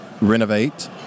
renovate